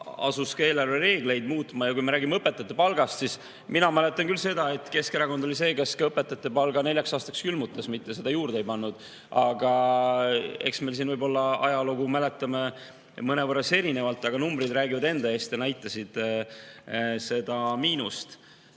asus ka eelarvereegleid muutma. Ja kui me räägime õpetajate palgast, siis mina mäletan küll seda, et Keskerakond oli see, kes õpetajate palga neljaks aastaks külmutas, mitte seda juurde ei pannud. Eks me siin võib‑olla ajalugu mäletame mõnevõrra erinevalt, aga numbrid räägivad enda eest ja näitasid seda miinust.